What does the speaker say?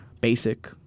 basic